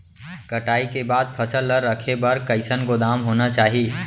कटाई के बाद फसल ला रखे बर कईसन गोदाम होना चाही?